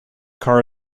car